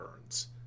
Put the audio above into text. burns